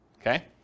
okay